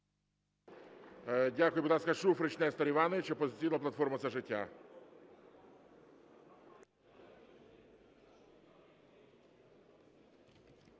Дякую. Будь ласка, Шуфрич Нестор Іванович, "Опозиційна платформа – За життя".